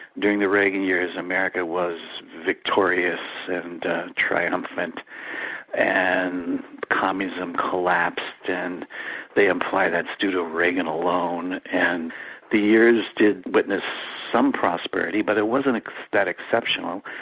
during the reagan years, american was victorious and triumphant and communism collapsed and they imply that's due to reagan alone, and the years did witness some prosperity, but it wasn't that exceptional.